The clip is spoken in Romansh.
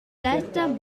detta